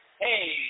hey